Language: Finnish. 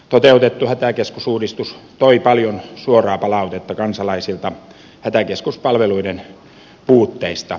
toteutettu hätäkeskusuudistus toi paljon suoraa palautetta kansalaisilta hätäkeskuspalveluiden puutteista